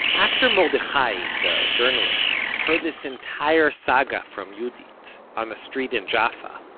after mordechai, the journalist, heard this entire saga from yehudit, on the street in jaffa,